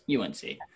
UNC